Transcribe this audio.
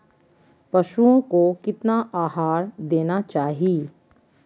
पशुओं को कितना आहार देना चाहि?